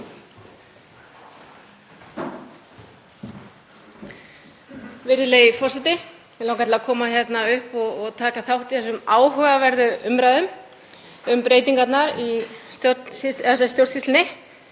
Virðulegi forseti. Mig langar til að koma hérna upp og taka þátt í þessum áhugaverðu umræðum um breytingar í stjórnsýslunni.